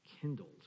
kindled